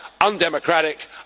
undemocratic